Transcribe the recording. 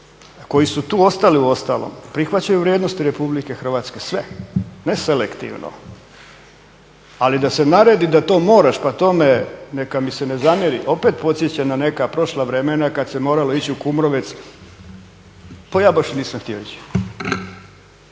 koji su tu ostali uostalom prihvaćaju vrijednosti Republike Hrvatske sve, ne selektivno. Ali da se naredi da to moraš, pa tome neka mi se ne zamjeri opet podsjeća na neka prošla vremena kad se moralo ići u Kumrovec. Pa ja baš nisam htio ići!